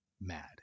mad